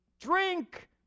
drink